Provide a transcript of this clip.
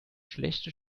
schlechte